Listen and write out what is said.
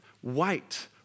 white